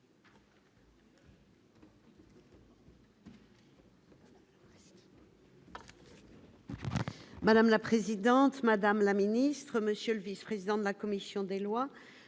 Madame la présidente, madame la ministre, monsieur le vice-président de la commission des lois,